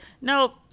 No